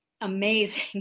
amazing